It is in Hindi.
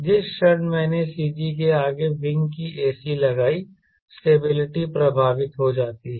जिस क्षण मैंने CG के आगे विंग की ac लगाई स्टेबिलिटी प्रभावित हो जाती है